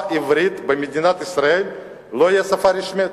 העברית במדינת ישראל לא תהיה השפה הרשמית.